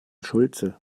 schulze